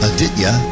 Aditya